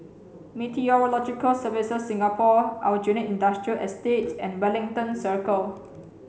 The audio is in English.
Meteorological Services Singapore Aljunied Industrial Estate and Wellington Circle